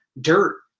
dirt